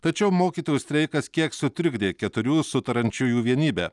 tačiau mokytojų streikas kiek sutrikdė keturių sutariančiųjų vienybę